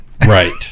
Right